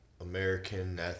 American